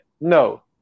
no